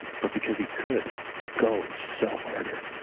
but because he could go sell harder,